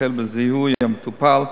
החל בזיהוי המטופל,